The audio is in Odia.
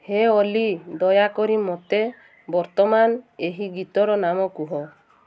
ହେ ଅଲି ଦୟାକରି ମୋତେ ବର୍ତ୍ତମାନ ଏହି ଗୀତର ନାମ କୁହ